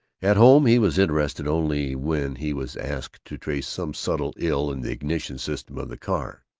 at home he was interested only when he was asked to trace some subtle ill in the ignition system of the car.